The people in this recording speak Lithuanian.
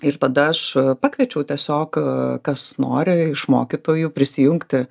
ir tada aš pakviečiau tiesiog kas nori iš mokytojų prisijungti